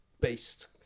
based